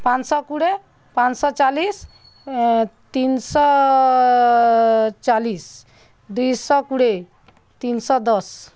ପାଞ୍ଚଶହ କୋଡ଼ିଏ ପାଞ୍ଚଶହ ଚାଳିଶ ତିନିଶହ ଚାଳିଶ ଦୁଇଶହ କୋଡ଼ିଏ ତିନିଶହ ଦଶ